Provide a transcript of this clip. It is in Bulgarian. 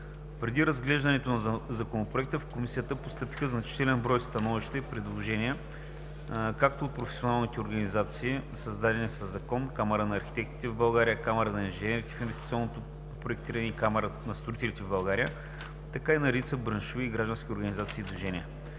Преди разглеждането на Законопроекта в Комисията постъпиха значителен брой становища и предложения както от професионалните организации, създадени със закон – Камарата на архитектите в България, Камарата на инженерите в инвестиционното проектиране и Камарата на строителите в България, така и на редица браншови и граждански организации и движения.